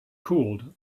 cooled